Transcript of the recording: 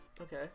Okay